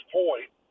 point